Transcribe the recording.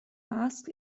asked